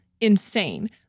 insane